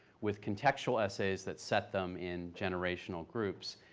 with contextual essays that set them in generational groups.